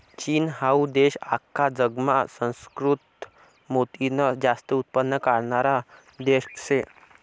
चीन हाऊ देश आख्खा जगमा सुसंस्कृत मोतीनं जास्त उत्पन्न काढणारा देश शे